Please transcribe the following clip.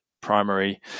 primary